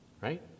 right